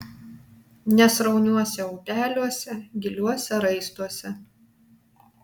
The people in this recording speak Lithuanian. nesrauniuose upeliuose giliuose raistuose